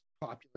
popular